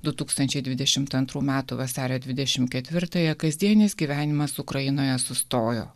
du tūkstančiai dvidešimt antrų metų vasario dvidešimt ketvirtąją kasdienis gyvenimas ukrainoje sustojo